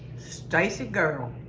stacy girl.